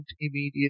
immediately